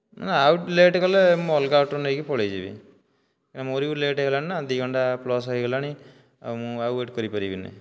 ନା ଆଉ ଲେଟ କଲେ ମୁଁ ଅଲଗା ଅଟୋ ନେଇକି ପଳେଇ ଯିବି ମୋର ବି ଲେଟ ହେଇଗଲାଣି ନା ଦି ଘଣ୍ଟା ପ୍ଲସ ହେଇଗଲାଣି ଆଉ ମୁଁ ଆଉ ୱେଟ କରିପାରିବିନି